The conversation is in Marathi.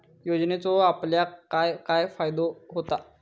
योजनेचो आपल्याक काय काय फायदो होता?